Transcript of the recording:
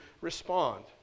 respond